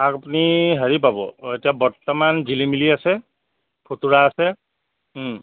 শাক আপুনি হেৰি পাব এতিয়া বৰ্তমান জিলিমিলি আছে খুতৰা আছে